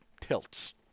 tilts